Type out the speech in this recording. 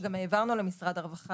שגם העברנו למשרד הרווחה,